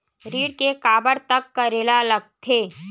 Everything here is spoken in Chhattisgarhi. ऋण के काबर तक करेला लगथे?